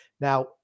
Now